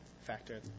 factor